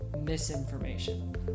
misinformation